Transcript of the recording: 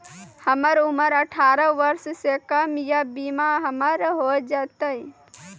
हमर उम्र अठारह वर्ष से कम या बीमा हमर हो जायत?